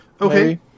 Okay